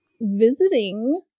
visiting